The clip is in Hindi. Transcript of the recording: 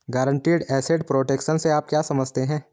गारंटीड एसेट प्रोटेक्शन से आप क्या समझते हैं?